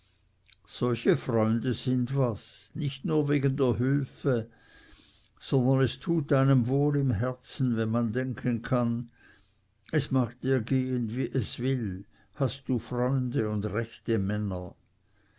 solche freunde sind was nicht nur wegen der hülfe sondern es tut einem wohl im herzen wenn man denken kann es mag dir gehen wie es will so hast du freunde und rechte männer